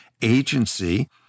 agency